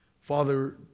Father